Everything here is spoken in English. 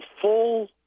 full